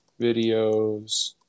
videos